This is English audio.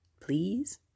Please